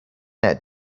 that